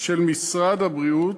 של משרד הבריאות,